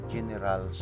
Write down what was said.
General